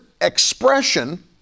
expression